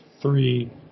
three